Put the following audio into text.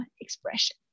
expression